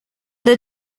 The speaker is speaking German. der